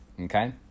Okay